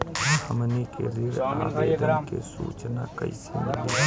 हमनी के ऋण आवेदन के सूचना कैसे मिली?